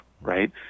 right